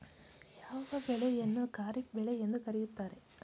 ಯಾವ ಬೆಳೆಯನ್ನು ಖಾರಿಫ್ ಬೆಳೆ ಎಂದು ಕರೆಯುತ್ತಾರೆ?